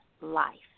life